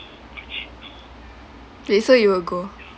wait so you will go